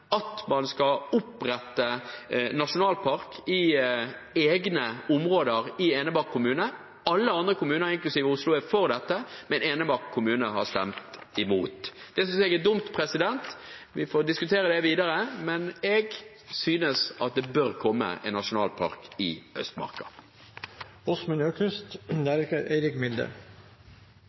at man skal opprette nasjonalpark i egne områder i Enebakk kommune. Alle andre kommuner, inklusiv Oslo, er for dette, men Enebakk kommune har stemt imot. Det synes jeg er dumt. Vi får diskutere det videre, men jeg synes at det bør komme en nasjonalpark i